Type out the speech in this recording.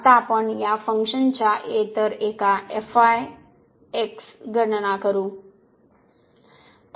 आता आपण या फंक्शनच्या इतर एका गणना कराल